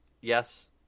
Yes